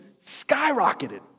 skyrocketed